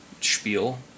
spiel